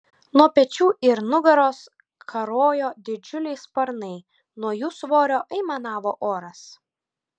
nuo pečių ir nugaros karojo didžiuliai sparnai nuo jų svorio aimanavo oras